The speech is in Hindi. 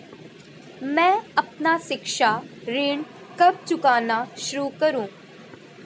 मैं अपना शिक्षा ऋण कब चुकाना शुरू करूँ?